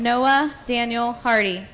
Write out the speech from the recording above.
noah daniel party